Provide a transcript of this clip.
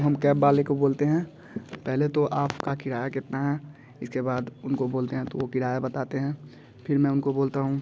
तो हम कैब वाले को बोलते हैं पहले तो आपका किराया कितना है इसके बाद उनको बोलते हैं तो वो किराया बताते हैं फिर मैं उनको बोलता हूँ